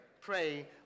pray